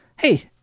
Hey